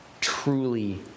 Truly